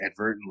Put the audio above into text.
advertently